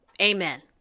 Amen